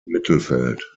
mittelfeld